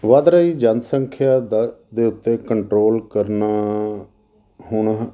ਵੱਧ ਰਹੀ ਜਨਸੰਖਿਆ ਦਾ ਦੇ ਉੱਤੇ ਕੰਟਰੋਲ ਕਰਨਾ ਹੁਣ